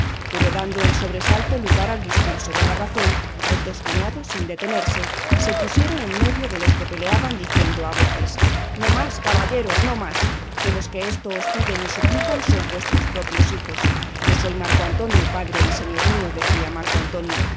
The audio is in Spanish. pero dando el sobresalto lugar al discurso de la razón los dos cuñados sin detenerse se pusieron en medio de los que peleaban diciendo a voces no más caballeros no más que los que esto os piden y suplican son vuestros propios hijos yo soy marco antonio padre y señor mío decía marco antonio